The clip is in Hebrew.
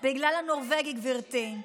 בגלל הנורבגי, גברתי.